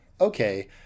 okay